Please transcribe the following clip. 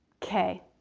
k.